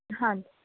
ਹਾਂ